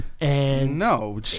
No